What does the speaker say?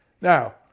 Now